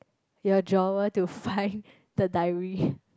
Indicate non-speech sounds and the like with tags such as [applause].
your drawer to find the diary [breath]